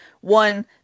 One